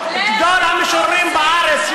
גדול המשוררים בארץ,